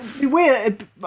Weird